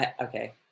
Okay